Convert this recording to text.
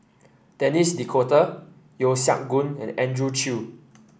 Denis D'Cotta Yeo Siak Goon and Andrew Chew